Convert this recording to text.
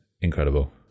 incredible